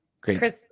great